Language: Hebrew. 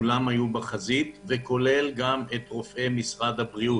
כולם היו בחזית וכולל גם את רופאי משרד הבריאות.